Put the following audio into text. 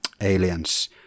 Aliens